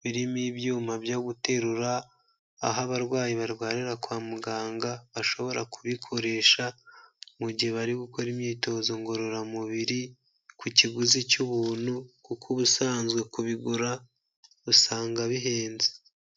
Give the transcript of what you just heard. birimo ibyuma byo guterura, aho abarwayi barwarira kwa muganga, bashobora kubikoresha, mu gihe bari gukora imyitozo ngororamubiri, ku kiguzi cy'ubuntu, kuko ubusanzwe kubigura usanga bihenze.